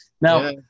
Now